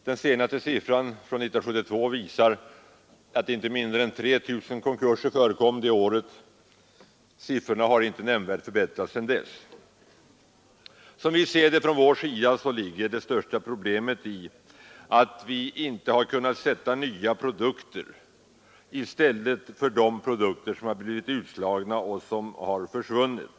Den senaste siffran från 1972 visar att inte mindre än 3 000 konkurser förekom det året. Siffran har inte näm nvärt förbättrats sedan dess. Som vi ser det ligger det största problemet i att vår industri inte har kunnat frambringa nya produkter i stället för de produkter som blivit utslagna och som har försvunnit.